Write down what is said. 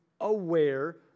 aware